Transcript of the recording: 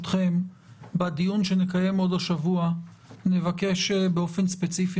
בדיון שנקיים עוד השבוע אני מבקש באופן ספציפי,